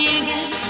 again